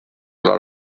lot